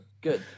Good